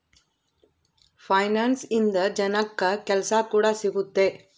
finance ಇಂದ ಜನಕ್ಕಾ ಕೆಲ್ಸ ಕೂಡ ಸಿಗುತ್ತೆ